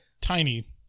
tiny